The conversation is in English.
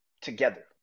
together